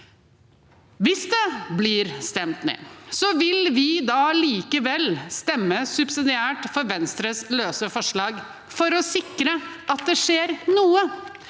Hvis det blir stemt ned, vil vi likevel stemme subsidiært for Venstres løse forslag for å sikre at det skjer noe,